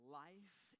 life